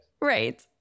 Right